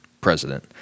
president